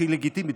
שהיא לגיטימית,